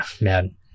man